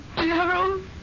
Gerald